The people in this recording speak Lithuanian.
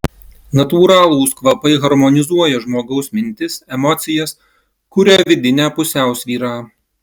natūralūs kvapai harmonizuoja žmogaus mintis emocijas kuria vidinę pusiausvyrą